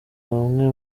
bamwe